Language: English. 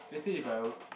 let's say if I